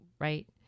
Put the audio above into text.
right